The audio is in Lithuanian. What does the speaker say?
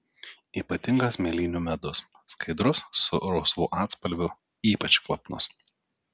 ypatingas mėlynių medus skaidrus su rausvu atspalviu ypač kvapnus